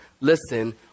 Listen